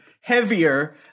heavier